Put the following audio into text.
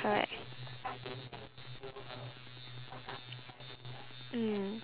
correct mm